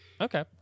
Okay